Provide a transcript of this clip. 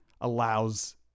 allows